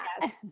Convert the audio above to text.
yes